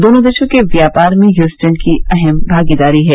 दोनों देशों के व्यापार में ह्यस्टन की अहम भागीदारी है